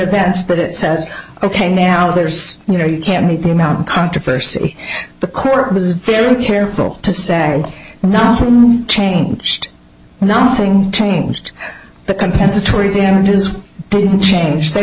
events that it says ok now there's you know you can't meet the amount of controversy the court was very careful to say nothing changed nothing changed the compensatory damages didn't change they